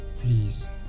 Please